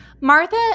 Martha